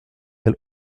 elle